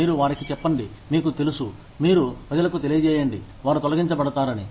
మీరు వారికి చెప్పండి మీకు తెలుసు మీరు ప్రజలకు తెలియజేయండి వారు తొలగించబడతారని